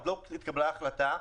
עוד לא התקבלה החלטה,